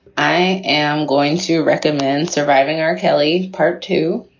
i am going to recommend surviving eric kelly. part two,